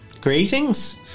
Greetings